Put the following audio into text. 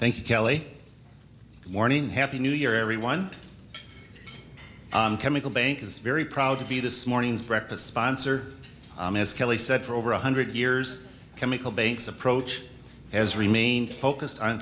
thank you kelly morning happy new year everyone chemical bank is very proud to be this morning's breakfast sponsor as kelly said for over one hundred years chemical banks approach has remained focused on